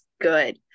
good